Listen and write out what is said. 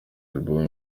album